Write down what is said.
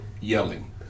yelling